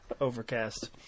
Overcast